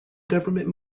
government